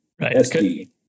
Right